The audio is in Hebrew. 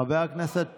חבר הכנסת פרוש.